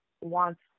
wants